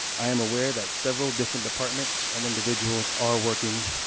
i am aware that several different departments and individuals are working